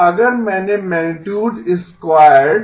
तो अगर मैंने मैगनीटुड स्क्वायरड